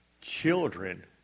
children